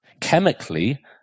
chemically